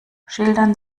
schildern